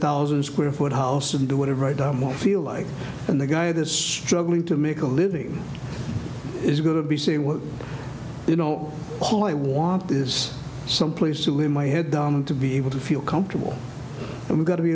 thousand square foot house and do whatever i damn well feel like and the guy this struggling to make a living is going to be saying well you know all i want is some place to live my head down and to be able to feel comfortable and we've got to be